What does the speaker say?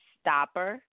stopper